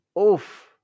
Oof